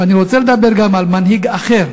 ואני רוצה לדבר גם על מנהיג אחר,